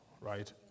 right